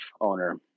owner